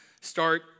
start